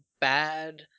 bad